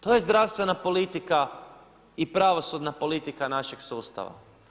To je zdravstvena politika i pravosudna politika našeg sustava.